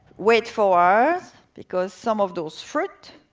wait four hours, because some of those fruit,